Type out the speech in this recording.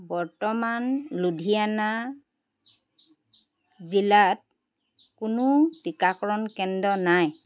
বৰ্তমান লুধিয়ানা জিলাত কোনো টীকাকৰণ কেন্দ্ৰ নাই